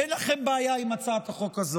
אין לכם בעיה עם הצעת החוק הזאת.